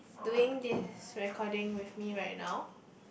doing this recording with me right now